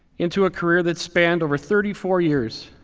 into a career that spanned over thirty four years,